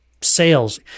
sales